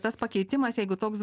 tas pakeitimas jeigu toks